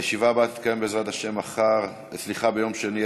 הישיבה הבאה תתקיים, בעזרת השם, ביום שני,